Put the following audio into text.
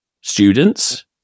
students